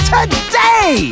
Today